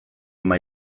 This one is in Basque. ama